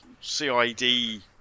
CID